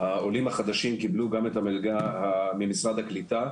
העולים החדשים קיבלו גם את המלגה ממשרד הקליטה.